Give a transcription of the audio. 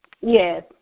Yes